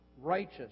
righteous